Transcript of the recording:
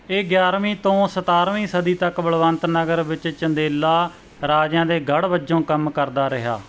ਇਹ ਗਿਆਰਵੀਂ ਤੋਂ ਸਤਾਰਵੀਂ ਸਦੀ ਤੱਕ ਬਲਵੰਤ ਨਗਰ ਵਿੱਚ ਚੰਦੇਲਾ ਰਾਜਿਆਂ ਦੇ ਗੜ੍ਹ ਵਜੋਂ ਕੰਮ ਕਰਦਾ ਰਿਹਾ